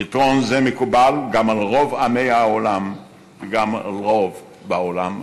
פתרון זה מקובל גם על רוב עמי העולם וגם על הרוב בעולם הערבי.